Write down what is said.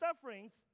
sufferings